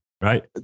right